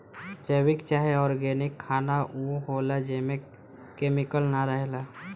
जैविक चाहे ऑर्गेनिक खाना उ होला जेमे केमिकल ना रहेला